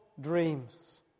dreams